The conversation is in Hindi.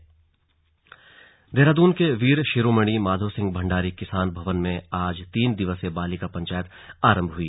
स्लग बालिका पंचायत देहरादून के वीर शिरोमणि माधो सिंह भंडारी किसान भवन में आज तीन दिवसीय बालिका पंचायत आरंभ हुई